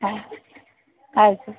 ಹಾಂ ಆಯ್ತು